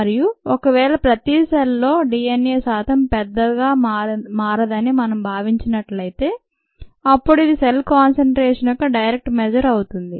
మరియు ఒకవేళ ప్రతి సెల్ లో DNA శాతం పెద్దగా మారదని మనం భావించినట్లయితే అప్పుడు ఇది సెల్ కాన్సెన్ట్రేషన్ యొక్క డైరెక్ట్ మెజర్ అవుతుంది